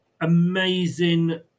amazing